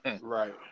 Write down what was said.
Right